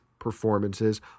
performances